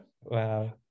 wow